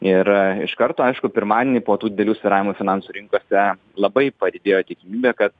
ir iš karto aišku pirmadienį po tų didelių svyravimų finansų rinkose labai padidėjo tikimybė kad